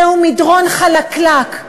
זהו מדרון חלקלק.